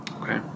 okay